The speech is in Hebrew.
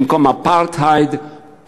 במקום אפרטהייד,